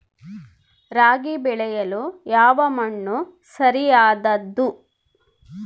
ರಾಗಿ ಬೆಳೆಯಲು ಯಾವ ಮಣ್ಣು ಸರಿಯಾದದ್ದು?